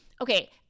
Okay